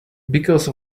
because